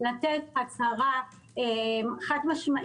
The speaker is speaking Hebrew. לתת הצהרה חד-משמעית.